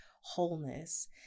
wholeness